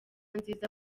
nziza